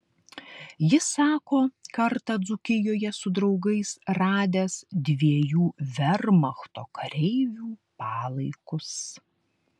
jis sako kartą dzūkijoje su draugais radęs dviejų vermachto kareivių palaikus